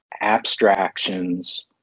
abstractions